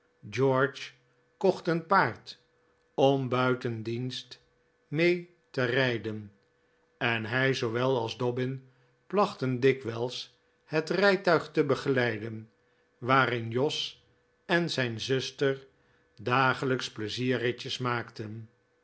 george kocht een paard om buiten dienst mee te p a rijden en hij zoowel als dobbin plachten dikwijls het rijtuig te begeleiden waarin jos oooodoo en z ij n zuster dagelijks pleizierritjes maakten